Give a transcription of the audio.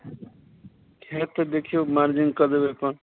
होयत तऽ देखियौ मार्जिन कऽ देबय अपन